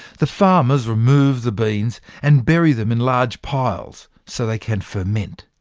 the farmers remove the beans and bury them in large piles, so they can ferment.